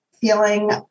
feeling